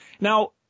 Now